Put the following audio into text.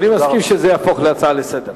אדוני מסכים שזה יהפוך להצעה לסדר-היום.